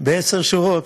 בעשר שורות.